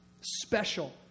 special